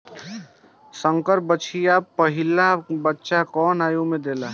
संकर बछिया पहिला बच्चा कवने आयु में देले?